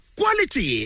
quality